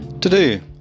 Today